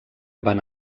van